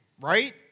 right